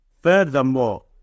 Furthermore